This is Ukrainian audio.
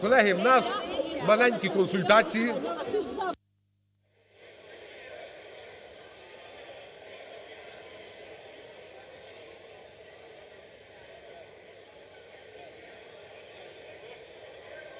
Колеги, у нас маленькі консультації.